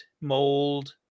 mold